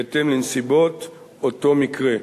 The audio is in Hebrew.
בהתאם לנסיבות אותו מקרה.